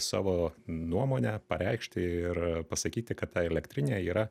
savo nuomonę pareikšti ir pasakyti kad ta elektrinė yra